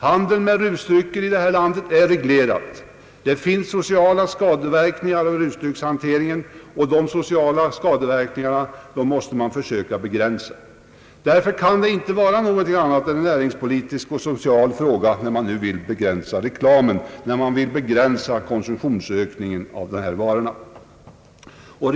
Handeln med rusdrycker är reglerad här i landet, denna handel har sociala skadeverkningar, och dem måste man försöka begränsa — därför kan det inte vara någonting annat än en näringspolitisk och social fråga när man vill begränsa reklamen och därmed konsumtionsökningen då det gäller rusdrycker.